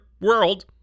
world